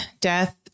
death